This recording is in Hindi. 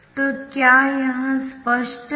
तो क्या यह स्पष्ट है